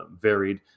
varied